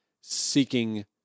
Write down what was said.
seeking